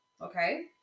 Okay